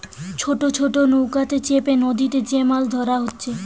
ছোট ছোট নৌকাতে চেপে নদীতে যে মাছ ধোরা হচ্ছে